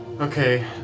Okay